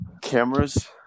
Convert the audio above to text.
Cameras